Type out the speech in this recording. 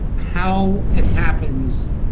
how it happens,